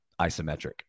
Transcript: isometric